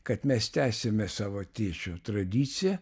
kad mes tęsiame savo tėčio tradiciją